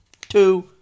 two